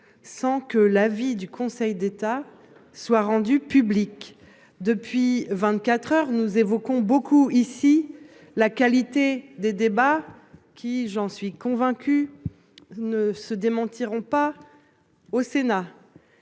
sans que l'avis du Conseil d'État soit rendus publique depuis 24h nous évoquons beaucoup ici. La qualité des débats qui j'en suis convaincu. Ne se démentiront pas. Au Sénat.